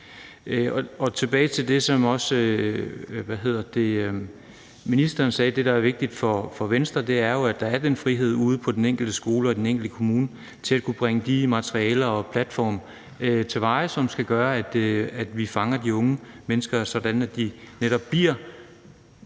tilbage til det, som ministeren også sagde, og som også er vigtigt for Venstre, er det jo, at der er den frihed ude på den enkelte skole og i den enkelte kommune til at kunne bringe de materialer og platforme til veje, som skal gøre, at vi fanger de unge mennesker, sådan at de netop bliver